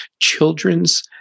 Children's